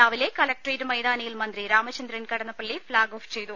രാവിലെ കലക്ടറേറ്റ് മൈതാനിയിൽ മന്ത്രി രാമചന്ദ്രൻ കടന്നപ്പള്ളി ഫ്ളാഗ് ഓഫ് ചെയ്തു